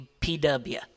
PW